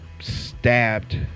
stabbed